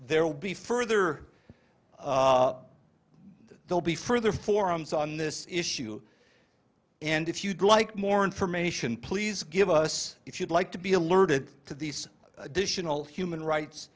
there will be further they'll be further forums on this issue and if you'd like more information please give us if you'd like to be alerted to these additional human rights